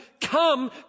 Come